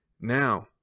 Now